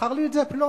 מכר לי את זה פלוני,